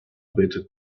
better